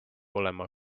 olema